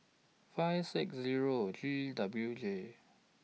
five six Zero G W J